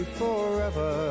forever